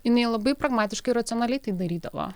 jinai labai pragmatiškai ir racionaliai tai darydavo